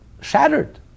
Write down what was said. shattered